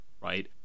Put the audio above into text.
right